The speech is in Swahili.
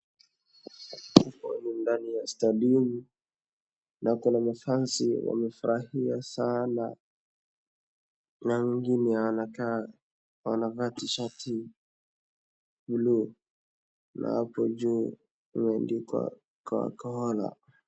Tuko ndani ya stadium , na kuna mafans wamefurahia sana na wengine wanakaa wanavaa tishiti blue na hapo juu imeandikwa Khwakhola.